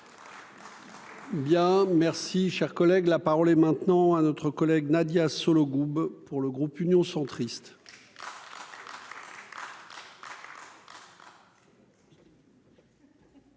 Bien, merci, cher collègue, la parole est maintenant à notre collègue Nadia Sollogoub pour le groupe Union centriste.